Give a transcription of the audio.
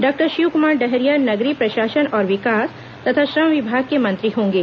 doctor Shivkumar Dahariya नगरीय प्रशासन और विकास तथा श्रम विभाग के मंत्री होंगे